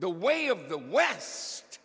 the way of the wes